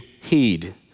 heed